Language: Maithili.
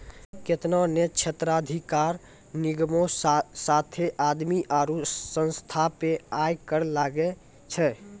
केतना ने क्षेत्राधिकार निगमो साथे आदमी आरु संस्था पे आय कर लागै छै